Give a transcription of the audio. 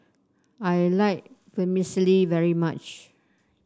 I like Vermicelli very much